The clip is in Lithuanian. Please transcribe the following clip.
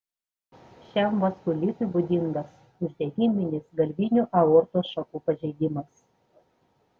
šiam vaskulitui būdingas uždegiminis galvinių aortos šakų pažeidimas